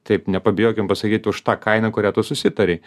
taip nepabijokim pasakyti už tą kainą kurią tu susitarei